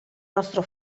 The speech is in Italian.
nostro